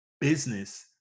business